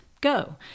go